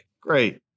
Great